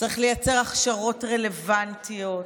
צריך לייצר הכשרות רלוונטיות,